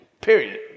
Period